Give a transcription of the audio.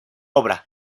obra